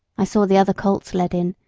i saw the other colts led in,